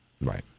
Right